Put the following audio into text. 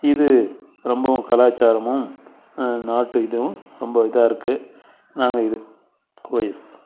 இது ரொம்பவும் கலாச்சாரமும் நாட்டு இதுவும் ரொம்ப இதாருக்கு நாங்கள் இது கொய்ஸ்